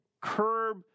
curb